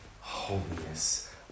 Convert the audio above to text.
holiness